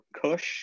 Kush